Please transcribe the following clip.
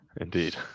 Indeed